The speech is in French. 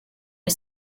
des